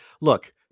look